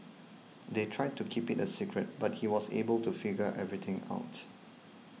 they tried to keep it a secret but he was able to figure everything out